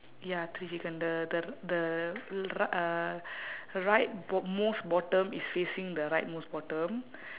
ya three chicken the the r~ the r~ uh right b~ most bottom is facing the right most bottom